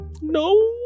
No